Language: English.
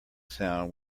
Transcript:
sound